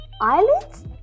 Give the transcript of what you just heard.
eyelids